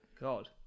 God